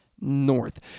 North